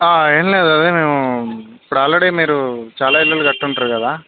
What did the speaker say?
ఏం లేదు అదే మేము ఇప్పుడు ఆల్రెడీ మీరు చాలా ఇళ్లు కట్టి ఉంటారు కదా